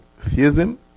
Theism